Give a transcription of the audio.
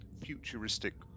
futuristic